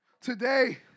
Today